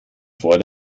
vor